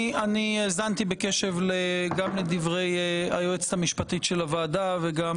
אני האזנתי בקשב גם לדברי היועצת המשפטית של הוועדה וגם